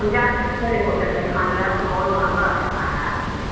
हम जा रहे हैं दूसरी होटल में खाने आपको बहुत महंगा है खाने आपके